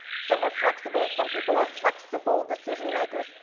some are flexible. some people are flexible decision-makers,